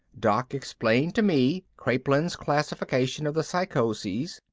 doc explained to me kraepelin's classification of the psychoses,